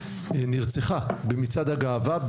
נרצחה במצעד הגאווה,